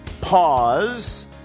pause